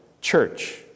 church